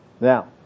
Now